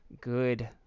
good